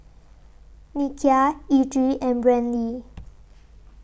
Nikia Edrie and Brantley